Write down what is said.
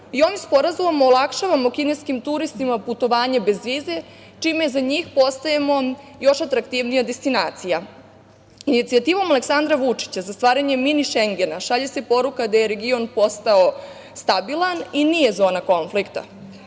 Ovim sporazumom olakšavamo kineskim turistima putovanje bez vize čime za njih postajemo još atraktivnije destinacija. Inicijativom Aleksandra Vučića za stvaranje Mini Šengena šalje se poruka gde je region postao stabilan i nije zona konflikta.